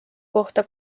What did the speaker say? kohta